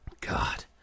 God